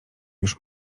już